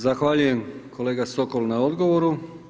Zahvaljujem kolega Sokol na odgovoru.